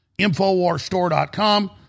Infowarstore.com